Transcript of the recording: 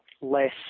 less